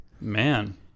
Man